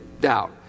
doubt